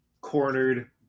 cornered